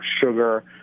sugar